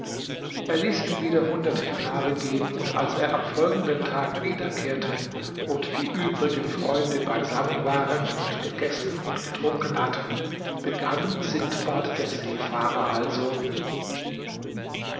er ließ ihm wieder hundert dinare geben und als er am folgenden tag wiederkehrte und die übrigen freunde beisammen waren und gegessen und getrunken hatten begann sindbad der seefahrer also